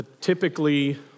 typically